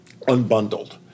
unbundled